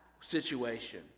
situation